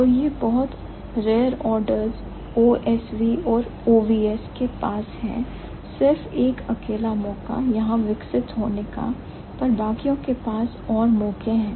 तो यह बहुत rare orders OSV और OVS के पास हैसिर्फ एक अकेला मौका यहां विकसित होने का पर बाकियों के पास और मौके हैं